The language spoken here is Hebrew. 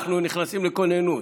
אנחנו נכנסים לכוננות.